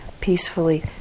peacefully